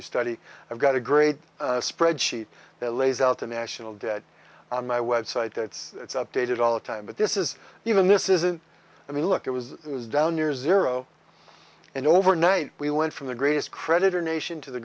you study i've got a great spreadsheet that lays out the national debt on my website that it's updated all the time but this is even this isn't i mean look it was it was down near zero and overnight we went from the greatest creditor nation to the